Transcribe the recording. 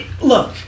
Look